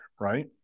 right